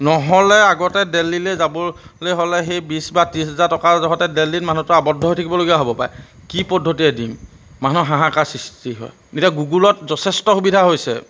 নহ'লে আগতে দিল্লীলৈ যাবলৈ হ'লে সেই বিছ বা ত্ৰিছ হাজাৰ টকাৰ যহতে দিল্লীত মানুহটো আৱদ্ধ হৈ থাকিবলগীয়া হ'ব পাৰে কি পদ্ধতিৰে দিম মানুহৰ হাহাকাৰ সৃষ্টি হয় এতিয়া গুগুলত যথেষ্ট সুবিধা হৈছে